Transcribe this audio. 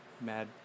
mad